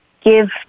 give